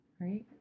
right